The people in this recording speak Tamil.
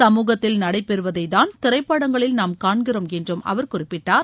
சமூகத்தில் நடைபெறுவதைதான் திரைப்படங்களில் நாம் காண்கிறோம் என்றும் அவர் குறிப்பிட்டார்